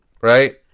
Right